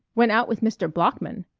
went out with mr. bloeckman?